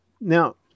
Now